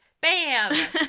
Bam